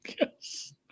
Yes